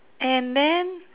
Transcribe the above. and then